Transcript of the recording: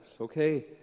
okay